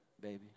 baby